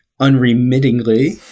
unremittingly